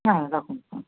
হ্যাঁ রাখুন হুম